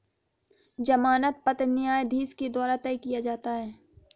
जमानत पत्र न्यायाधीश के द्वारा तय किया जाता है